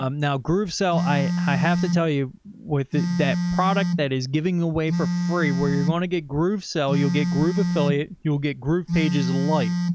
um now groovesell, i, i have to tell you with that product that is giving away for free. free where you're going to get groove, sell you'll get grooveaffiliate, you'll get groovepages light.